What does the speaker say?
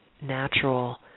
natural